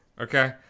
okay